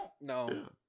No